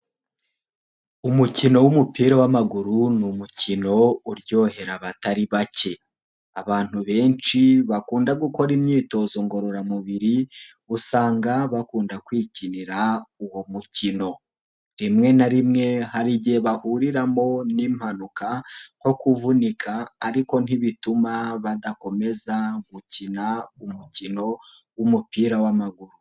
Umukino w'umupira w'amaguru ni umukino uryohera abatari bake, abantu benshi bakunda gukora imyitozo ngororamubiri usanga bakunda kwikinira uwo mukino, rimwe na rimwe hari igihe bahuriramo n'impanuka nko kuvunika ariko ntibituma badakomeza gukina umukino w'umupira w'amaguru.